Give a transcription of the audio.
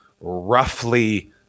roughly